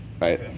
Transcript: right